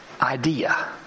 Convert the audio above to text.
idea